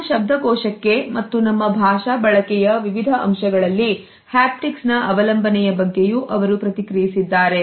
ನಮ್ಮ ಶಬ್ದಕೋಶಕ್ಕೆ ಮತ್ತು ನಮ್ಮ ಭಾಷಾ ಬಳಕೆಯ ವಿವಿಧ ಅಂಶಗಳಲ್ಲಿ ಆಪ್ಟಿಕ್ಸ್ ನಾ ಅವಲಂಬನೆಯ ಬಗ್ಗೆಯೂ ಅವರು ಪ್ರತಿಕ್ರಿಯಿಸಿದ್ದಾರೆ